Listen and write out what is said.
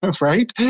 right